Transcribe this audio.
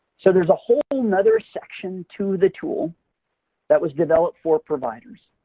so, there's a whole and other section to the tool that was developed for providers.